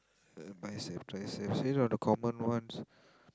uh biceps triceps you know the common ones